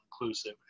inclusive